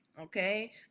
okay